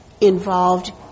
involved